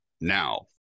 Now